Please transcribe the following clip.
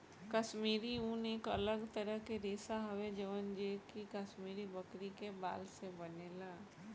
काश्मीरी ऊन एक अलग तरह के रेशा हवे जवन जे कि काश्मीरी बकरी के बाल से बनेला